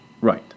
Right